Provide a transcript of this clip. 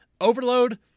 Overload